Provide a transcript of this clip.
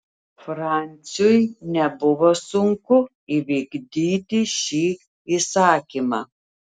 franciui nebuvo sunku įvykdyti šį įsakymą